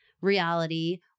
reality